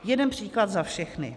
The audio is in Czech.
Jeden příklad za všechny.